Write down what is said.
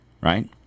right